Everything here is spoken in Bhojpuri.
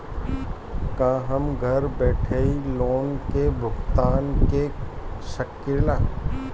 का हम घर बईठे लोन के भुगतान के शकेला?